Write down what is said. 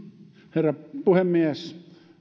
herra puhemies